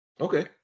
Okay